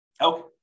Okay